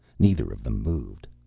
neither of them moved.